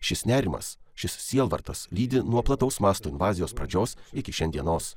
šis nerimas šis sielvartas lydi nuo plataus masto invazijos pradžios iki šiandienos